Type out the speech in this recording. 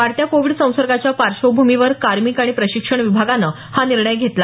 वाढत्या कोविड संसर्गाच्या पार्श्वभूमीवर कार्मिक आणि प्रशिक्षण विभागानं हा निर्णय घेतला